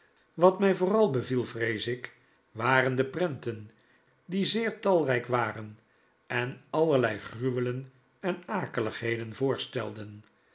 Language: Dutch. wat mij vooral beviel vrees ik waren de prenten die zeer talrijk waren en allerlei gruwelen en akeligheden voorstelden